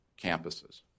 campuses